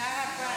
תודה רבה.